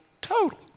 total